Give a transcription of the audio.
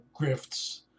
grifts